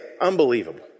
unbelievable